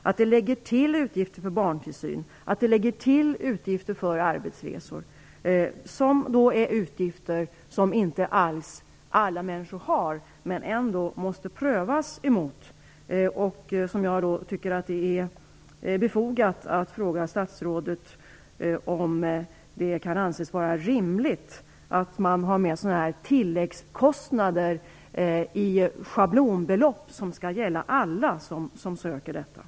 Man lägger till utgifter för barntillsyn och utgifter för arbetsresor, dvs. utgifter som inte alla människor har men som de ändå måste prövas emot. Jag tycker därför att det är befogat att fråga statsrådet om det kan anses rimligt att ha med sådana tilläggskostnader i schablonbelopp som skall gälla alla som söker sådana här lån.